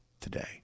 today